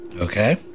Okay